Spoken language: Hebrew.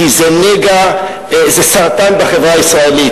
כי זה נגע, זה סרטן בחברה הישראלית.